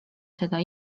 seda